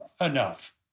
enough